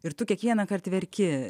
ir tu kiekvienąkart verki